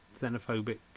xenophobic